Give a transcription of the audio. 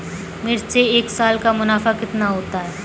मिर्च से एक साल का मुनाफा कितना होता है?